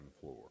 floor